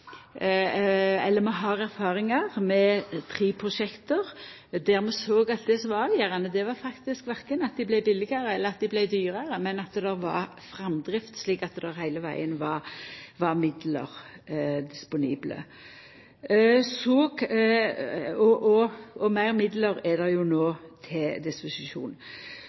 eller at dei vart dyrare, men at det var framdrift, slik at det heile vegen var midlar disponible. Og meir midlar er det jo no til